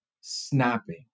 snapping